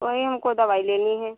वही हमको दवाई लेनी है